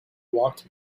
walked